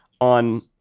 on